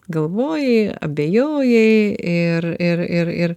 galvojai abejojai ir ir ir ir